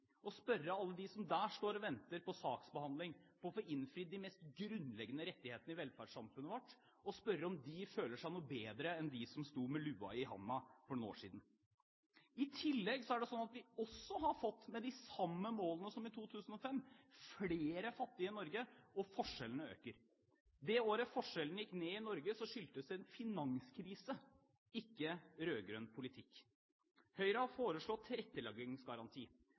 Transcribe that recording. og spørre alle dem som der står og venter på saksbehandling, på å få innfridd de mest grunnleggende rettighetene i velferdssamfunnet vårt, om de føler seg noe bedre enn de som sto med lua i handa for noen år siden. I tillegg har vi også fått, med de samme målene som i 2005, flere fattige i Norge, og forskjellene øker. Det året forskjellene gikk ned i Norge, skyldtes det en finanskrise, ikke rød-grønn politikk. Høyre har foreslått tilretteleggingsgaranti,